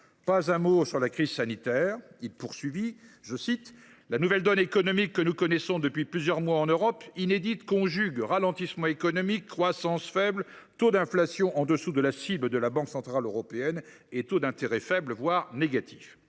Pas un mot sur la crise sanitaire. Il poursuivait ainsi :« De plus, la nouvelle donne économique que nous connaissons depuis plusieurs mois en Europe, inédite, conjugue ralentissement économique, croissance faible, taux d’inflation en dessous de la cible de la Banque centrale européenne (BCE) et taux d’intérêt faibles, voire négatifs. »